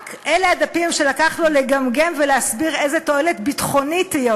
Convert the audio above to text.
אלה רק הדפים שלקח לו לגמגם ולהסביר איזו תועלת ביטחונית תהיה.